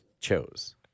chose